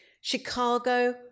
Chicago